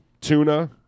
Tuna